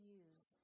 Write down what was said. use